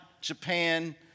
Japan